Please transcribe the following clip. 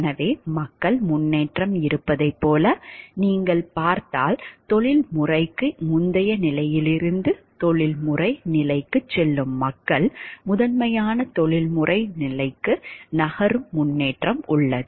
எனவே மக்கள் முன்னேற்றம் இருப்பதைப் போல நீங்கள் பார்த்தால் தொழில்முறைக்கு முந்தைய நிலையிலிருந்து தொழில்முறை நிலைக்குச் செல்லும் மக்கள் முதன்மையான தொழில்முறை நிலைக்கு நகரும் முன்னேற்றம் உள்ளது